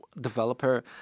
developer